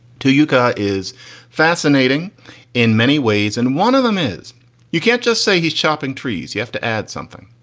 to uca is fascinating in many ways. and one of them is you can't just say he's chopping trees. you have to add something.